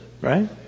right